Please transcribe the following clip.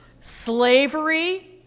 Slavery